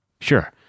Sure